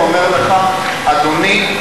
אומר לך: אדוני,